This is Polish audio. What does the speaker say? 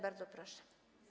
Bardzo proszę.